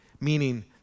meaning